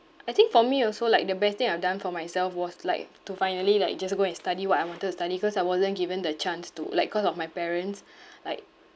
I think for me also like the best thing I've done for myself was like to finally like just go and study what I wanted to study cause I wasn't given the chance to like cause of my parents like